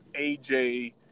AJ